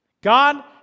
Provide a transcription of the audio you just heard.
God